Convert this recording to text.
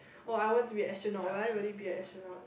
!wah! I want to be astronaut will I really be an astronaut